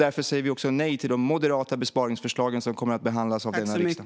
Därför säger vi också nej till de moderata besparingsförslag som kommer att behandlas av denna riksdag.